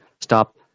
stop